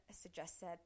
suggested